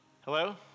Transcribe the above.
Hello